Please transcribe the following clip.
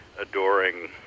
adoring